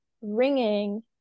ringing